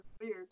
weird